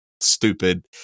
stupid